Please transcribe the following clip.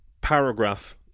paragraph